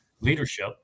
leadership